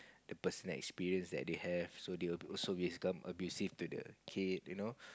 the personal experience that they have so they will also become abusive to the kid you know